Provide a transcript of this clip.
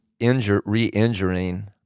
re-injuring